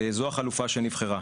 זו החלופה שנבחרה.